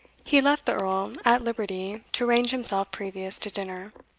he left the earl at liberty to arrange himself previous to dinner.